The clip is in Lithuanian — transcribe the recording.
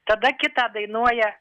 tada kitą dainuoja